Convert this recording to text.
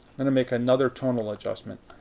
and make another tonal adjustment.